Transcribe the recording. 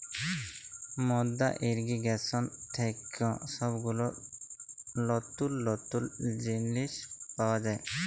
মাদ্দা ইর্রিগেশন থেক্যে সব গুলা লতুল লতুল জিলিস পাওয়া যায়